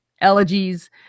elegies